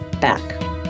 back